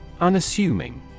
Unassuming